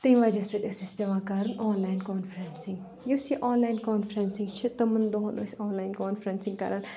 تمہِ وَجہ سۭتۍ ٲسۍ اسہِ پؠوان کَرٕنۍ آنلایِن کانفرؠنسِنگ یُس یہِ آنلایِن کانفرؠنسِنگ چھِ تِمَن دۄہن ٲسۍ آنلاین کانفرؠنسِنگ کَران